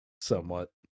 Somewhat